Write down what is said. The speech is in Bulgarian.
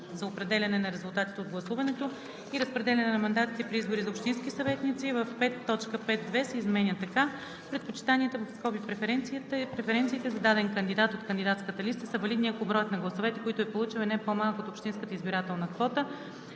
за определяне на резултатите от гласуването и разпределяне на мандатите при избори за общински съветници, в V., т. 5.2 се изменя така: „Предпочитанията (преференциите) за даден кандидат от кандидатска листа са валидни, ако броят на гласовете, които е получил, е не по-малък от общинската избирателна квота.“